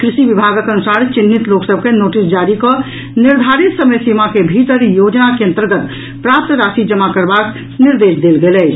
कृषि विभागक अनुसार चिन्हित लोक सभ के नोटिस जारी कऽ निर्धारित समय सीमा के भीतर योजना के अन्तर्गत प्राप्त राशि जमा करबाक निर्देश देल गेल अछि